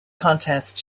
contest